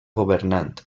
governant